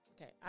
Okay